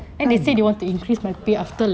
kan